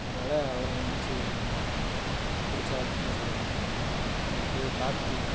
அதனால அவரை நெனச்சு கொஞ்சம் பிடிச்ச ஆக்டர்னு சொல்லலாம் அடுத்தது கார்த்தி